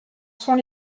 sont